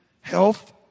health